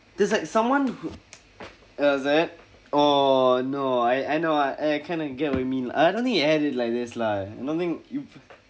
there's like someone who oh is it oh no I I know I I kind of get what you mean I don't think he airs it like this lah don't think you